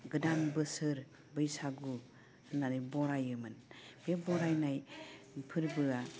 गोदान बोसोर बैसागु होननानै बरायमोन बे बरायनाय फोरबोआ